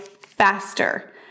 faster